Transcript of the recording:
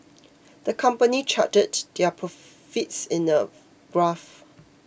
the company charted their profits in a graph